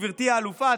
גברתי האלופה,